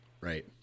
Right